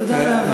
תודה על ההבהרה.